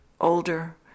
older